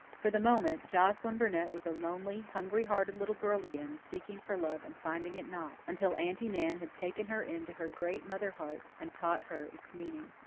for the moment joscelyn burnett was a lonely, hungry-hearted little girl again, seeking for love and finding it not, until aunty nan had taken her into her great mother-heart and taught her its meaning.